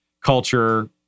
culture